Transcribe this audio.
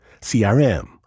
CRM